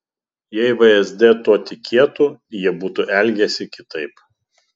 jei vsd tuo tikėtų jie būtų elgęsi kitaip